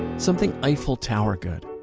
something eiffel tower good.